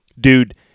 dude